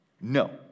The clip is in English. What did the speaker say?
No